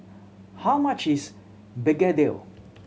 how much is begedil